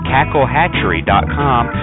CackleHatchery.com